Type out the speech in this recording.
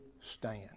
stand